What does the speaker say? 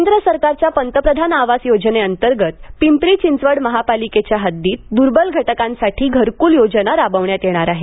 केंद्र सरकारच्या पंतप्रधान आवास योजनेअंतर्गत पिंपरी चिंचवड महापालिकेच्या हद्दीत दुर्बल घटकांसाठी घरकुल योजना राववण्यात येणार आहे